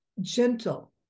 gentle